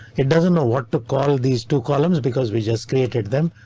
it doesn't know what to call these two columns, because we just created them,